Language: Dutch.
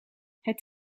het